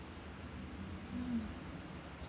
mm